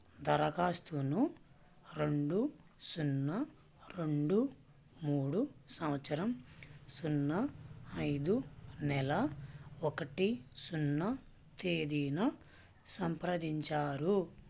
దరఖాస్తును రెండు సున్నా రెండు మూడు సంవత్సరం సున్నా ఐదు నెల ఒకటి సున్నా తేదీనా సంప్రదించారు